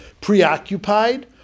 preoccupied